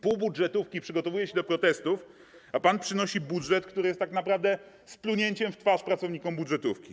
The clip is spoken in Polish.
Pół budżetówki przygotowuje się do protestów, a pan przynosi budżet, który jest tak naprawdę splunięciem w twarz pracownikom budżetówki.